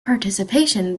participation